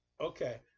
Okay